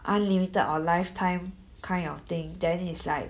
unlimited or lifetime kind of thing then is like